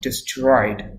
destroyed